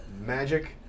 Magic